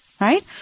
Right